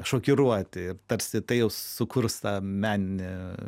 šokiruoti tarsi tai jau sukurs tą meninį